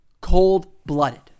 Cold-blooded